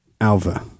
Alva